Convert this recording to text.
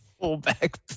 Fullback